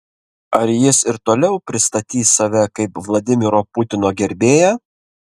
ar jis ir toliau pristatys save kaip vladimiro putino gerbėją